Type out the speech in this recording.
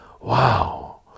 Wow